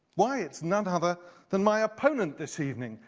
why it's none other than my opponent this evening,